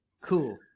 cool